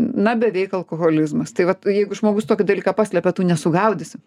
na beveik alkoholizmas tai vat jeigu žmogus tokį dalyką paslepia tų nesugaudysi